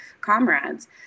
comrades